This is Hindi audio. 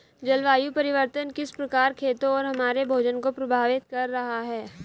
जलवायु परिवर्तन किस प्रकार खेतों और हमारे भोजन को प्रभावित कर रहा है?